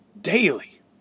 Daily